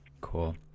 Cool